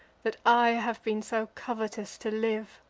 that i have been so covetous to live?